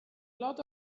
lot